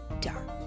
dark